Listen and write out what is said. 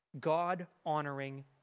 God-honoring